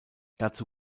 dazu